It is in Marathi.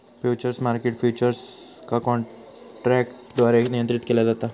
फ्युचर्स मार्केट फ्युचर्स का काँट्रॅकद्वारे नियंत्रीत केला जाता